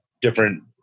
different